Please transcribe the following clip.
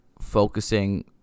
focusing